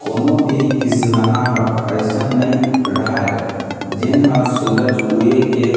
कोनो भी किसनहा ह अइसन नइ राहय जेन ह सूरज उए के